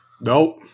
Nope